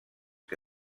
que